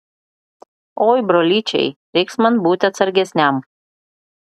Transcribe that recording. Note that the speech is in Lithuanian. oi brolyčiai reiks man būti atsargesniam